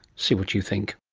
see what you think.